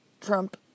Trump